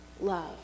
love